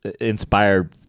inspired